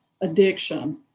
addiction